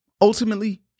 Ultimately